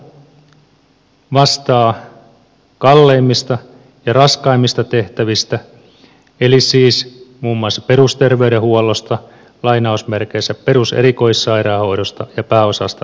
maakunta vastaa kalleimmista ja raskaimmista tehtävistä eli siis muun muassa perusterveydenhuollosta peruserikoissairaanhoidosta lainausmerkeissä ja pääosasta sosiaalipalveluja